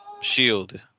shield